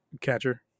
catcher